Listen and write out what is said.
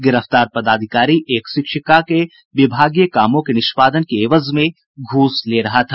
गिरफ्तार पदाधिकारी एक शिक्षिका के विभागीय कामों के निष्पादन के एवज में घूस ले रहा था